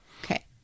Okay